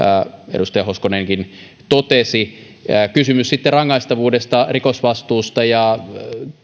edustaja hoskonenkin totesi sitten kysymys rangaistavuudesta rikosvastuusta ja